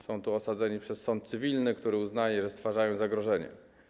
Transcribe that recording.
Są tu osadzeni przez sąd cywilny, który uznaje, że stwarzają zagrożenie.